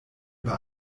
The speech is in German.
über